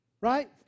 Right